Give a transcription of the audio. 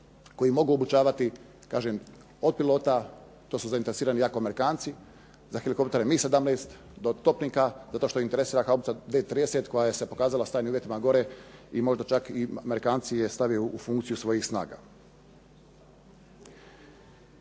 koji mogu obučavati kažem od pilota, to su zainteresirani jako Amerikanci, za helikoptere MIG17 to topnika, zato što …/Govornik se ne razumije./… koja se pokazala …/Govornik se ne razumije./… uvjetima gore i možda čak i Amerikanci je stave u funkciju svojih snaga.